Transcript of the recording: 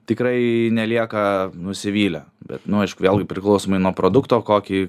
tikrai nelieka nusivylę bet nu aišku vėlgi priklausomai nuo produkto kokį